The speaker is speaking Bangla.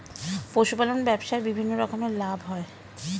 পশুপালন ব্যবসায় বিভিন্ন রকমের লাভ হয়